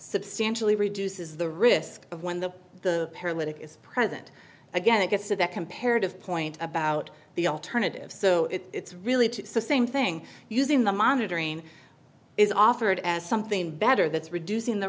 substantially reduces the risk of when the the paralytic is present again it gets to the comparative point about the alternative so it's really it's the same thing using the monitoring is offered as something better that's reducing the